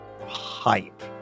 hype